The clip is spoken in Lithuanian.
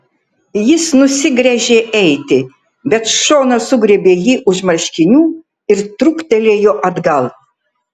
jis nusigręžė eiti bet šona sugriebė jį už marškinių ir trūktelėjo atgal